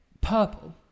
purple